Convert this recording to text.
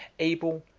able,